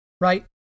right